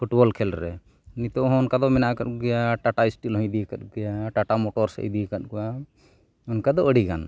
football ᱠᱷᱮᱞᱨᱮ ᱱᱤᱛᱚᱜ ᱦᱚᱸ ᱚᱱᱠᱟᱫᱚ ᱢᱮᱱᱟᱜ ᱟᱠᱟᱫ ᱠᱚᱜᱮᱭᱟ ᱴᱟᱴᱟ ᱥᱴᱤᱞ ᱦᱚᱸᱭ ᱤᱫᱤᱭᱠᱟᱫ ᱠᱚᱜᱮᱭᱟ ᱴᱟᱴᱟ ᱢᱚᱴᱚᱨᱥ ᱤᱫᱤᱭ ᱠᱟᱫ ᱠᱚᱣᱟ ᱚᱱᱠᱟ ᱫᱚ ᱟᱹᱰᱤᱜᱟᱱ